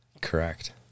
Correct